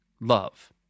love